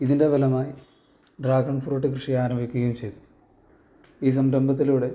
ഇതിൻ്റെ ഫലമായി dragon fruit കൃഷി ആരംഭിക്കുകയും ചെയ്തു ഈ സംരംഭത്തിലൂടെ